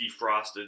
defrosted